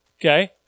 Okay